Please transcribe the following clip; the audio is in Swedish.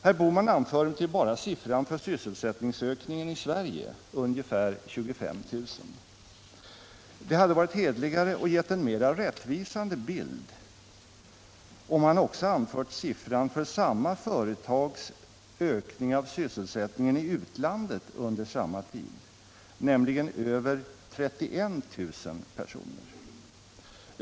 Herr Bohman anför bara siffran för sysselsättningsökningen i Sverige, ungefär 25 000. Det hade varit hederligare och gett en mera rättvisande bild om han också anfört siffran för samma företags ökning av sysselsättningen i utlandet under samma tid, nämligen över 31 000 personer.